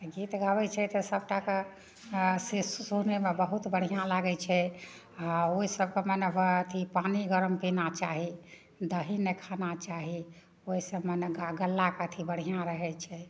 तऽ गीत गाबैत छै तऽ सबटा कऽ से सुनैमे बहुत बढ़िआँ लागै छै आ ओ सबके मने अथी पानि गरम पीना चाही दही नहि खाना चाही ओहि सबमे ने गलाके अथी बढ़िआँ रहैत छै